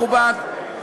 מכובד.